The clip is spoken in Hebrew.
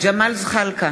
ג'מאל זחאלקה,